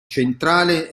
centrale